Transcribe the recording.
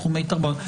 תחומי תחבורה,